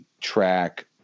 track